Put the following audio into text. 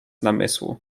namysłu